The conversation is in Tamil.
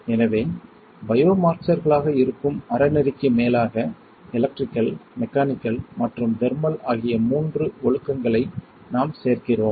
எனவே பயோமார்க்ஸர்களாக இருக்கும் அறநெறிக்கு மேலாக எலக்ட்ரிகல் மெக்கானிக்கல் மற்றும் தெர்மல் ஆகிய மூன்று ஒழுக்கங்களை நாம் சேர்க்கிறோம்